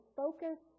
focus